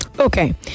Okay